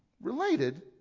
Related